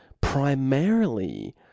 primarily